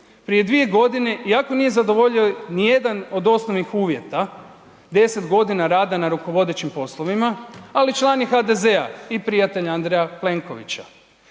Prije 2 godine iako nije zadovoljio ni jedan od osnovnih uvjeta 10 godina rada na rukovodećim poslovima ali član je HDZ-a i prijatelj Andreja Plenkovića.